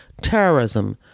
Terrorism